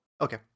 Okay